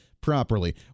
properly